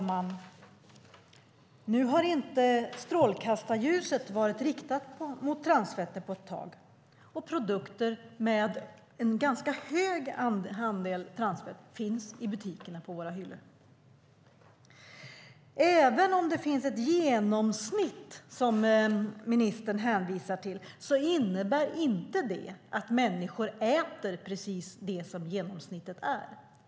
Herr talman! Strålkastarljuset har inte varit riktat mot transfetter på ett tag, och produkter med en ganska hög andel transfett finns i dag på hyllorna i våra butiker. Även om det finns ett genomsnitt, som ministern hänvisar till, innebär inte det att människor äter precis det som är genomsnittet.